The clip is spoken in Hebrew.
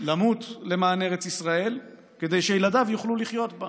למות למען ארץ ישראל כדי שילדיו יוכלו לחיות בה.